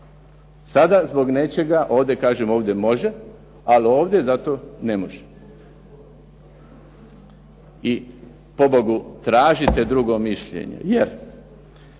Sada zbog nečega ovdje kažem ovdje može, ali ovdje zato ne može. I pobogu, tražite drugo mišljenje jer